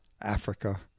Africa